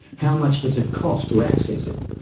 how much does it cost to access it?